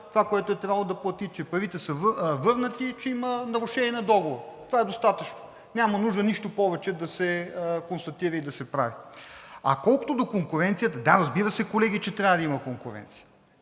това, което е трябвало да плати, че парите са върнати и че има нарушение на договора. Това е достатъчно. Няма нужда нищо повече да се констатира и да се прави. А колкото до конкуренцията, да, разбира се, колеги, че трябва да има конкуренция.